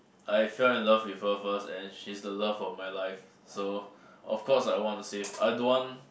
I fell in love with her first and she's the love of my life so of course I want to save I don't want